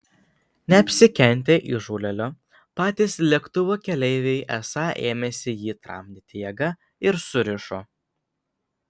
neapsikentę įžūlėlio patys lėktuvo keleiviai esą ėmėsi jį tramdyti jėga ir surišo